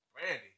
Brandy